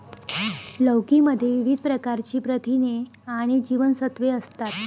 लौकी मध्ये विविध प्रकारची प्रथिने आणि जीवनसत्त्वे असतात